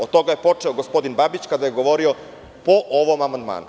Od toga je počeo gospodin Babić kada je govorio po ovom amandmanu.